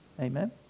Amen